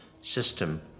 system